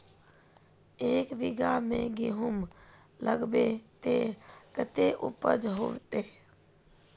एक बिगहा में गेहूम लगाइबे ते कते उपज होते?